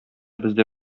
бездә